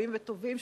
רבים וטובים,